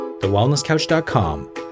TheWellnessCouch.com